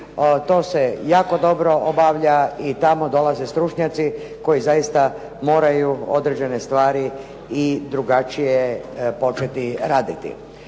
To se jako dobro obavlja i tamo dolaze stručnjaci koji zaista moraju određene stvari i drugačije početi raditi.